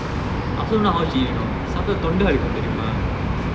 I also don't know how she eat you know சாப்டா தொண்ட அரிக்கும் தெரிமா:saapta thonda arikkum therima